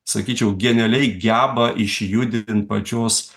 sakyčiau genialiai geba išjudint pačios